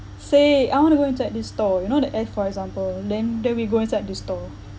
say I want to go inside this store you know the eh for example then then we go inside the store